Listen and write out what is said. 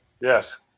Yes